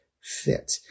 fit